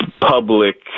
public